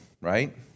right